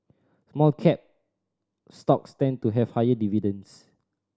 small cap stocks tend to have higher dividends